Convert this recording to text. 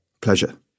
Pleasure